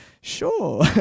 sure